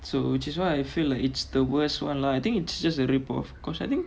so which is why I feel like it's the worst one lah I think it's just a rip off because I think